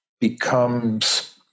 becomes